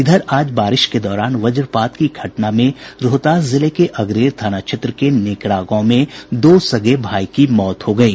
इधर आज बारिश के दौरान वज्रपात की घटना में रोहतास जिले के अगरेर थाना क्षेत्र के नेकरा गांव में दो सगे भाई की मौत हो गयी